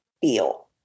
feel